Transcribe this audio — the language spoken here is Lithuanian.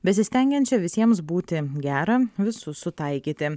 besistengiančią visiems būti gera visus sutaikyti